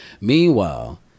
meanwhile